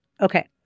Okay